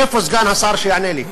איפה סגן השר שיענה לי?